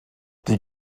die